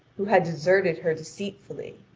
who had deserted her deceitfully.